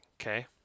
okay